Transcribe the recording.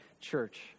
church